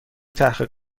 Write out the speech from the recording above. تحقیق